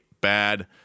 bad